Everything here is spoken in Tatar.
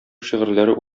шигырьләре